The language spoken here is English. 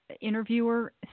interviewer